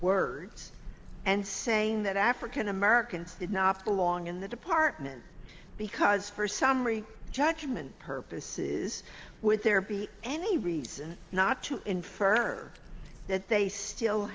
words and saying that african americans did not belong in the department because for summary judgment purposes with there be any reason not to infer that they still